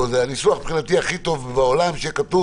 מבחינתי, הניסוח הכי טוב בעולם הוא שיהיה כתוב